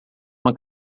uma